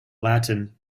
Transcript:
latin